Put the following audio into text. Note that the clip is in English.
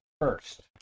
first